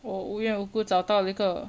我无缘无故找到那个